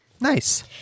Nice